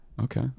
Okay